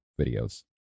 videos